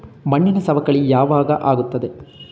ಮಣ್ಣಿನ ಸವಕಳಿ ಯಾವಾಗ ಆಗುತ್ತದೆ?